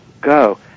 go